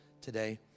today